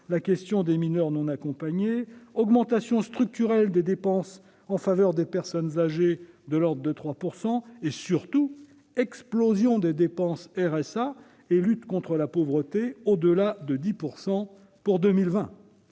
par les mineurs non accompagnés ; augmentation structurelle des dépenses en faveur des personnes âgées d'environ 3 %; enfin, et surtout, explosion des dépenses de RSA et de lutte contre la pauvreté, au-delà de 10 % pour 2020.